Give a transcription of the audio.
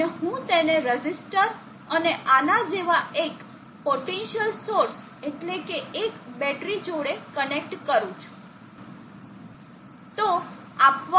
અને હું તેને રેઝિસ્ટર અને આના જેવા એક પોટેન્સીઅલ સોર્સ એટલેકે એક બેટરી જોડે કનેક્ટ કરું છું